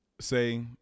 say